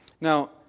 Now